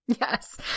Yes